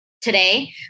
today